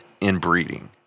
inbreeding